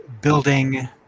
building